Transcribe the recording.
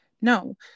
no